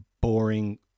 boring